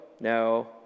no